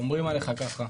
אומרים עליך ככה,